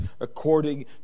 according